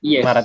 Yes